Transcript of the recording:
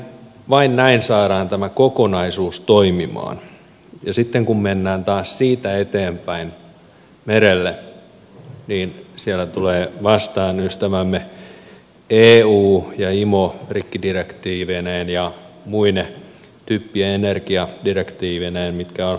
vain näin saadaan tämä kokonaisuus toimimaan ja sitten kun mennään taas siitä eteenpäin merelle niin siellä tulevat vastaan ystävämme eu ja imo rikkidirektiiveineen ja muine typpi ja energiadirektiiveineen mitkä ovat vasta tulossa